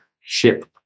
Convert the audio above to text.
ship